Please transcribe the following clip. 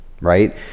Right